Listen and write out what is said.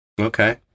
Okay